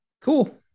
cool